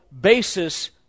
basis